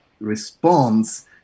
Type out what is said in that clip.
response